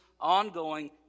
ongoing